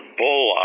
bull